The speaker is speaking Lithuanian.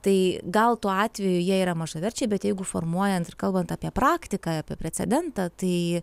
tai gal tuo atveju jie yra mažaverčiai bet jeigu formuojant ir kalbant apie praktiką apie precedentą tai